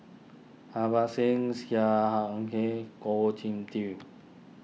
Harbans Singh Sia hang Kah Goh Jin Tub